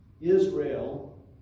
Israel